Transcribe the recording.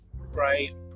Right